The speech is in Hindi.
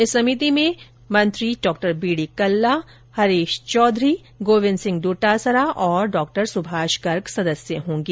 इस समिति में मंत्री डॉ बीडी कल्ला हरीश चौधरी गोविंद सिंह डोटासरा और डॉ सुभाष गर्ग सदस्य होंगे